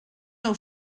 nou